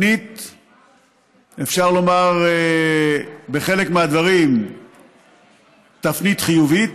אפשר לומר שבחלק מהדברים התפנית חיובית,